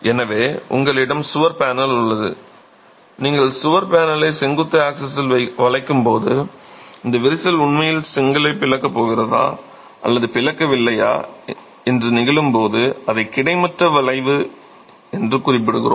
எனவே உங்களிடம் சுவர் பேனல் உள்ளது நீங்கள் சுவர் பேனலை செங்குத்து ஆக்ஸிசில் வளைக்கும்போது இந்த விரிசல் உண்மையில் செங்கலைப் பிளக்கப் போகிறதா அல்லது செங்கலைப் பிளக்கவில்லையா என்று நிகழும்போது அதை கிடைமட்ட வளைவு என்று குறிப்பிடுகிறோம்